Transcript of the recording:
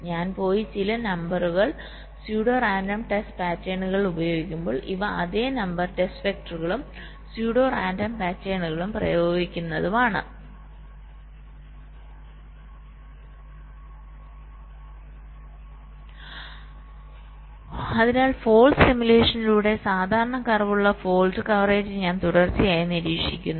ഞാൻ പോയി ചില നമ്പർ സ്യൂഡോ റാൻഡം ടെസ്റ്റ് പാറ്റേണുകൾ പ്രയോഗിക്കുമ്പോൾ ഇവ അതേ നമ്പർ ടെസ്റ്റ് വെക്റ്ററുകളും സ്യൂഡോ റാൻഡം പാറ്റേണുകളും പ്രയോഗിക്കുന്നതുമാണ് അതിനാൽ ഫോൾട്ട് സിമുലേഷനിലൂടെ സാധാരണ കർവ് ഉള്ള ഫോൾട് കവറേജ് ഞാൻ തുടർച്ചയായി നിരീക്ഷിക്കുന്നു